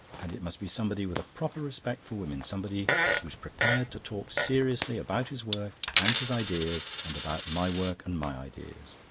and it must be somebody with a proper respect for women, somebody who's prepared to talk seriously about his work and his ideas and about my work and my ideas.